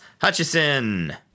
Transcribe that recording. Hutchison